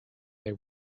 they